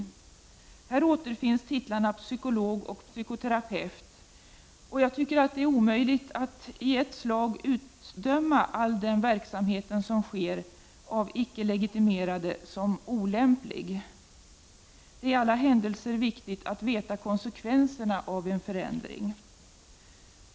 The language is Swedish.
Här återfinns titlarna psykolog och psykoterapeut. Det är omöjligt att i ett slag utdöma all denna verksamhet som sker av icke legitimerade som olämplig. Det är i alla händelser viktigt att veta konsekvenserna av en förändring.